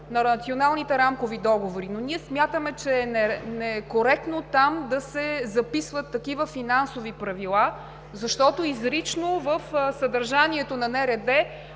с националните рамкови договори (НРД). Ние смятаме, че е некоректно там да се записват такива финансови правила, защото изрично в съдържанието на НРД